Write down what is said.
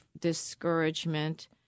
discouragement